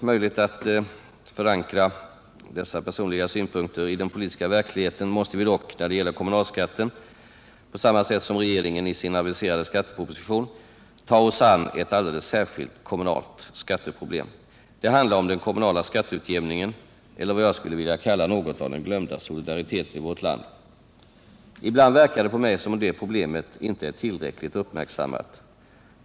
Men innan dessa personliga synpunkter förankrats i den politiska verklig heten måste vi dock när det gäller kommunalskatten — på samma sätt som regeringen i sin aviserade skatteproposition — ta oss an ett alldeles särskilt kommunalt skatteproblem. Det handlar om den kommunala skatteutjämningen, eller vad jag skulle vilja kalla något av den glömda solidariteten i vårt land. Ibland verkar det på mig som om det problemet inte är tillräckligt uppmärksammat.